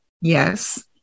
Yes